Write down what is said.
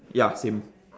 ya same